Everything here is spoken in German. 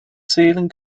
zählen